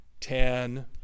ten